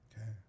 okay